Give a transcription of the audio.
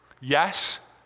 yes